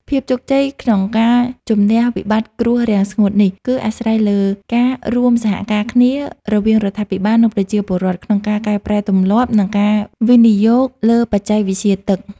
ភាពជោគជ័យក្នុងការជម្នះវិបត្តិគ្រោះរាំងស្ងួតនេះ គឺអាស្រ័យលើការរួមសហការគ្នារវាងរដ្ឋាភិបាល និងប្រជាពលរដ្ឋ ក្នុងការកែប្រែទម្លាប់ និងការវិនិយោគលើបច្ចេកវិទ្យាទឹក។